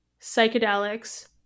psychedelics